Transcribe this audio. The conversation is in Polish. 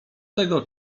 tego